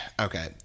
okay